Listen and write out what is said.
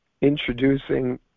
Introducing